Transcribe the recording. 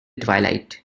twilight